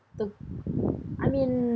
the I mean